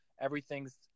Everything's